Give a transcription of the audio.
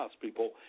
people